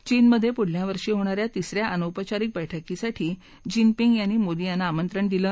चीनमधे पुढच्या वर्षी होणाऱ्या तिसऱ्या अनौपचारिक बैठकीसाठी जिनपिंग यांनी मोदी यांना आमंत्रण दिलं